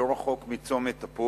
לא רחוק מצומת-תפוח,